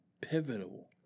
Pivotal